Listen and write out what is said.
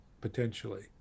potentially